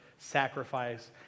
sacrifice